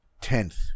Tenth